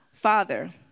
Father